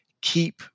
keep